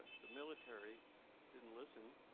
the military didn't listen.